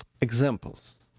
Examples